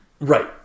Right